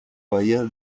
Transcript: bahía